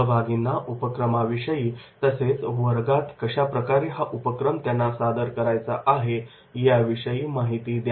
सहभागींना उपक्रमाविषयी तसेच वर्गात कशाप्रकारे हा उपक्रम त्यांना सादर करायचा आहे या विषयी माहिती द्या